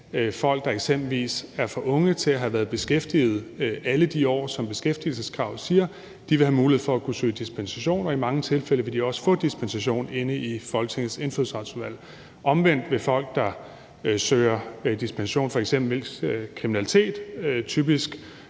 folk, der eksempelvis er for unge til at have været beskæftiget i alle de år, som beskæftigelseskravet tilsiger, vil have mulighed for at kunne søge dispensation, og i mange tilfælde vil de også få dispensation inde i Folketingets Indfødsretsudvalg. Omvendt vil folk, der søger dispensation for eksempelvis kriminalitet, typisk